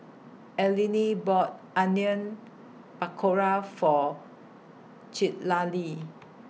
Allene bought Onion Pakora For Citlali